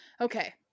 Okay